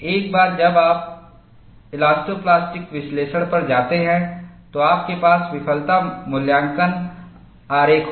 एक बार जब आप इलास्टोप्लास्टिक विश्लेषण पर जाते हैं तो आपके पास विफलता मूल्यांकन आरेख होगा